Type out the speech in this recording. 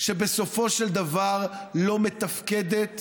שבסופו של דבר לא מתפקדת